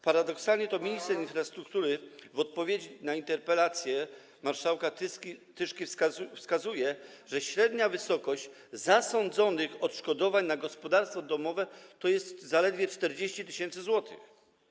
Paradoksalnie to minister infrastruktury w odpowiedzi na interpelację marszałka Tyszki wskazuje, że średnia wysokość zasądzonych odszkodowań na gospodarstwo domowe to jest zaledwie 40 tys. zł.